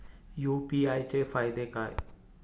UPI चे फायदे काय?